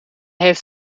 heeft